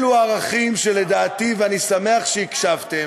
אלו ערכים שלדעתי, ואני שמח שהקשבתם,